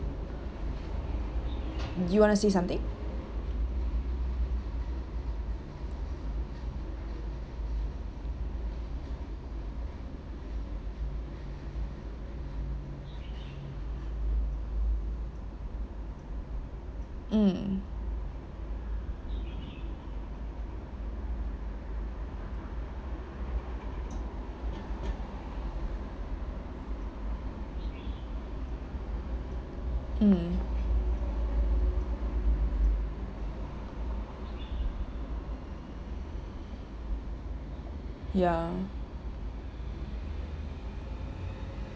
you want to say something mm mm ya